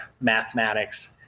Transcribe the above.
mathematics